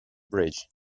bridge